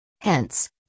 Hence